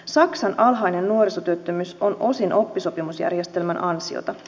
saksan alhainen nuorisotyöttömyys on osin oppisopimusjärjestelmän ansiota